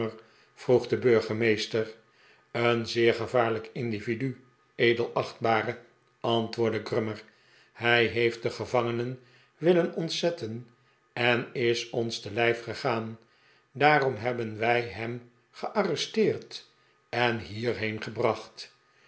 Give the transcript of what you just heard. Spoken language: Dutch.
vroeg de burgemeester een zeer gevaarlijk individu edelachtbare antwoordde grummer hij heeft de gevangenen willen ontzetten en is ons te lijf gegaan daarom hebben wij hem gearresteerd en hierheen gebracht